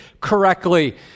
correctly